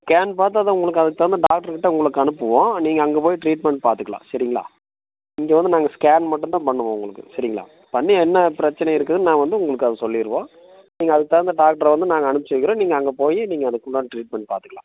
scan பார்த்தாதான் உங்களுக்கு அதுக்கு தகுந்த டாக்டர் கிட்டே உங்களுக்கு அனுப்புவோம் நீங்கள் அங்கே போய் ட்ரீட்மெண்ட் பார்த்துக்கலாம் சரிங்களா இங்கே வந்து நாங்கள் ஸ்கேன் மட்டுந்தான் பண்ணுவோம் உங்களுக்கு சரிங்களா பண்ணி என்ன பிரச்சனை இருக்குதுன்னு நான் வந்து உங்களுக்கு அது சொல்லிடுவோம் நீங்கள் அதுக்கு தகுந்த டாக்ட்ரை வந்து நாங்கள் அனுப்பிச்சி வைக்கிறோம் நீங்கள் அங்கே போய் நீங்கள் அதுக்குண்டான ட்ரீட்மெண்ட் பார்த்துக்கலாம்